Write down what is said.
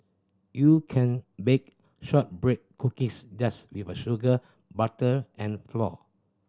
you can bake shortbread cookies just with sugar butter and flour